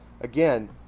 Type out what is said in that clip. again